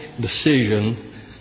decision